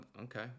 Okay